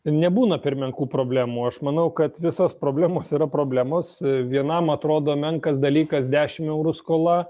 nebūna per menkų problemų aš manau kad visos problemos yra problemos vienam atrodo menkas dalykas dešim eurų skola